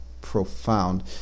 profound